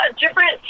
different